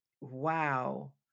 wow